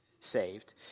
saved